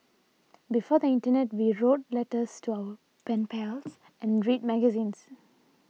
before the internet we wrote letters to our pen pals and read magazines